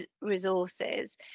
resources